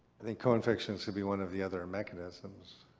i think co-infections would be one of the other mechanisms.